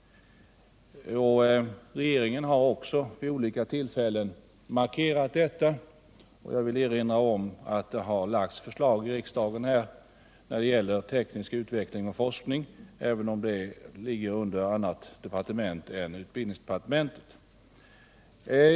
Regeringen har också vid olika tillfällen markerat detta, och jag vill erinra om att det har lagts fram förslag i riksdagen när det gäller ökad satsning på teknisk utveckling och forskning, även om det skett från annat departement än utbildningsdepartementet.